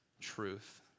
truth